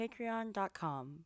patreon.com